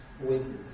voices